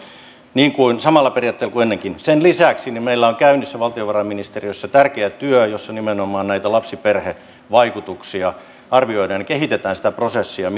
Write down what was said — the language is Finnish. samalla periaatteella kuin ennenkin sen lisäksi meillä on käynnissä valtiovarainministeriössä tärkeä työ jossa nimenomaan näitä lapsiperhevaikutuksia arvioidaan ja kehitetään sitä prosessia